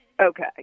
Okay